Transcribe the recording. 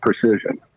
precision